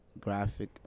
graphic